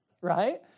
right